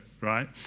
right